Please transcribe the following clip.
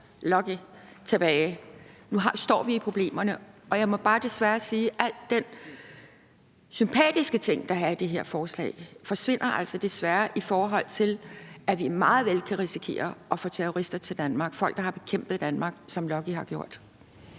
Lucky tilbage. Nu står vi med problemerne. Jeg må bare sige, at alle de sympatiske ting, der er i det her forslag, altså desværre forsvinder, set i forhold til at vi meget vel kan risikere at få terrorister til Danmark, altså folk, der har bekæmpet Danmark, som Lucky har gjort.